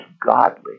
godly